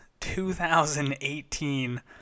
2018